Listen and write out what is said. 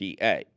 PA